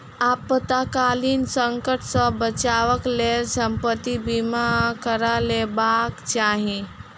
आपातकालीन संकट सॅ बचावक लेल संपत्ति बीमा करा लेबाक चाही